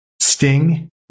sting